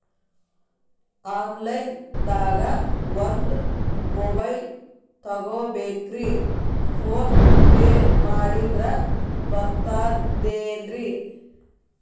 Online ದಾಗ ಒಂದ್ mobile ತಗೋಬೇಕ್ರಿ ಫೋನ್ ಪೇ ಮಾಡಿದ್ರ ಬರ್ತಾದೇನ್ರಿ?